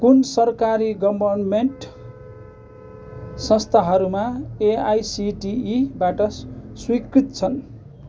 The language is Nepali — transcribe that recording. कुन सरकारी गभर्न्मेन्ट संस्थाहरूमा एआइसिटिईबाट स्वीकृत छन्